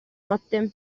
notte